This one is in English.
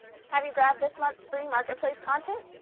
have you grabbed this month's free marketplace content?